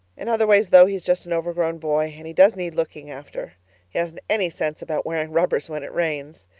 in other ways, though, he's just an overgrown boy, and he does need looking after he hasn't any sense about wearing rubbers when it rains.